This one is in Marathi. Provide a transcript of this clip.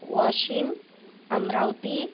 वाशिम अमरावती